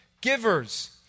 givers